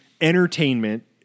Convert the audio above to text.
entertainment